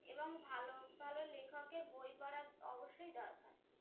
এবং ভালো ভালো লেখকের বই পড়া অবশ্যই দরকার